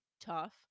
tough